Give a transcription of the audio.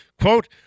quote